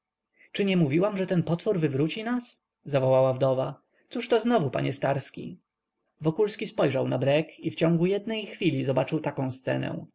czy nie mówiłam że ten potwór wywróci nas zawołała wdowa cóżto znowu panie starski wokulski spojrzał na brek i w ciągu jednej chwili zobaczył taką scenę